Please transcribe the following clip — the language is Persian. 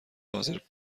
حاضر